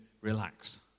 relax